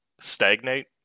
stagnate